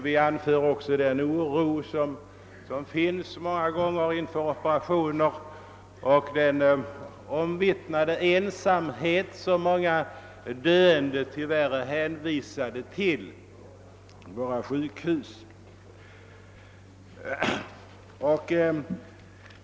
Vi pekar också på den oro som många känner inför operationer och på den om vittnade ensamhet som många döende vid våra sjukhus tyvärr är hänvisade till.